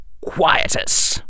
Quietus